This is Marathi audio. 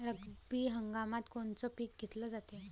रब्बी हंगामात कोनचं पिक घेतलं जाते?